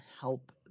help